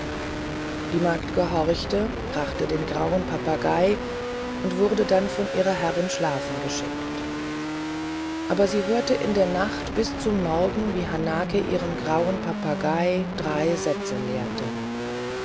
die magd gehorchte brachte den grauen papagei und wurde dann von ihrer herrin schlafen geschickt aber sie hörte in der nacht bis zum morgen wie hanake ihrem grauen papagei drei sätze lehrte